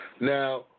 Now